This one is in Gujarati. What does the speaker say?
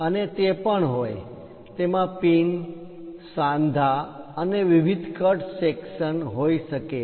અને તે પણ તેમાં પિન સાંધા જોઇન્ટ્સ joints અને વિવિધ કટ સેકશન કટ વિભાગો cut sections હોઈ શકે છે